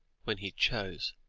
when he chose,